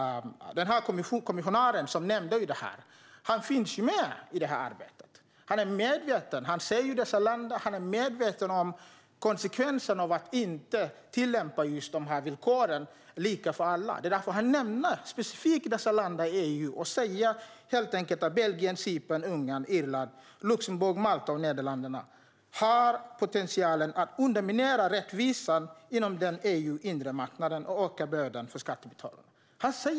Kommissionären som nämnde dessa länder finns med i arbetet. Han är medveten om konsekvensen av att inte tillämpa de här villkoren lika för alla. Det är därför han specifikt nämner dessa länder i EU och säger att Belgien, Cypern, Ungern, Irland, Luxemburg, Malta och Nederländerna har potential att underminera rättvisan inom EU:s inre marknad och öka bördan för skattebetalarna.